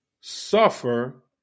suffer